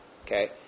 Okay